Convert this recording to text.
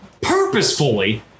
purposefully